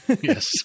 Yes